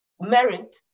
merit